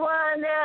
one